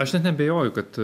aš net neabejoju kad